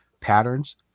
patterns